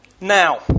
Now